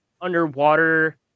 underwater